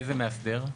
איזה מאסדר?